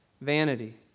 vanity